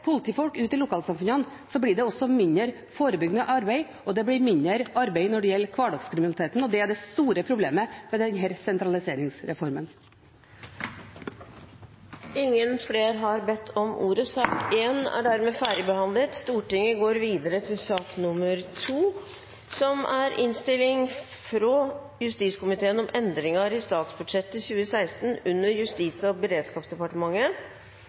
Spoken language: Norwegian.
politifolk ute i lokalsamfunnene, blir det også mindre forebyggende arbeid, og det blir mindre arbeid når det gjelder hverdagskriminaliteten. Det er det store problemet med denne sentraliseringsreformen. Flere har ikke bedt om ordet til sak nr. 1. Ingen har bedt om ordet. Etter ønske fra arbeids- og sosialkomiteen vil presidenten foreslå at debatten blir begrenset til 1 time og